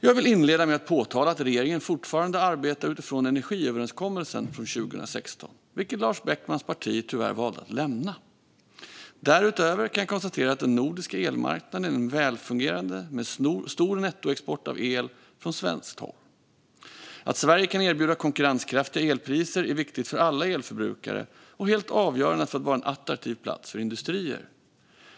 Jag vill inleda med att påpeka att regeringen fortfarande arbetar utifrån energiöverenskommelsen från 2016, vilken Lars Beckmans parti tyvärr valde att lämna. Därutöver kan jag konstatera att den nordiska elmarknaden är välfungerande med stor nettoexport av el från svenskt håll. Att Sverige kan erbjuda konkurrenskraftiga elpriser är viktigt för alla elförbrukare och helt avgörande för att vi ska vara en attraktiv plats för industrier.